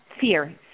fear